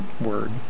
word